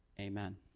amen